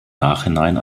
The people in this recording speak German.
nachhinein